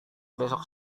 besok